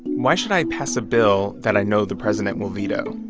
why should i pass a bill that i know the president will veto?